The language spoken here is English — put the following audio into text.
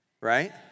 Right